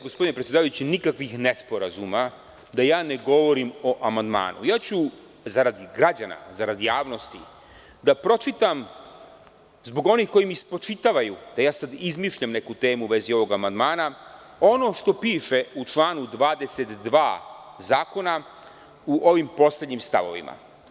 Gospodine predsedavajući, da ne bude nikakvih nesporazuma da ne govorim o amandmanu, ja ću zarad građana, zarad javnosti, da pročitam zbog onih koji mi spočitavaju da sada izmišljam neku temu u vezi ovog amandmana ono što piše u članu 22. zakona u poslednjim stavovima.